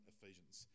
Ephesians